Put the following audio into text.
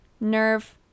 Nerve